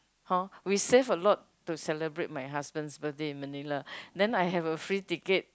hor we save a lot to celebrate my husband's birthday in Manila then I have a free ticket